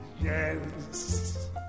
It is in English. yes